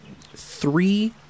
three